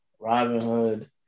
Robinhood